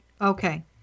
Okay